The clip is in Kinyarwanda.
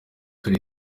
turi